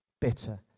Bitter